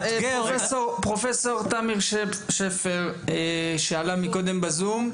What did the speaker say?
פרופסור תמיר שפר שעלה מקודם בזום,